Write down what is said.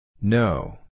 No